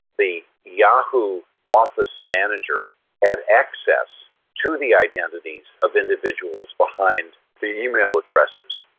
the yahoo office manager had access to the identities of individuals behind the email addresses.